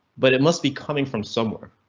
but it must be coming from somewhere,